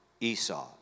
Esau